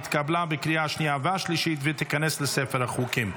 התקבלה בקריאה השנייה והשלישית ותיכנס לספר החוקים.